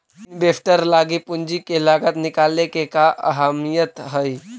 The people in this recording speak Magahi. इन्वेस्टर लागी पूंजी के लागत निकाले के का अहमियत हई?